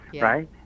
right